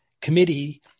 committee